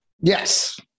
Yes